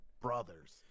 brothers